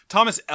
Thomas